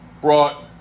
brought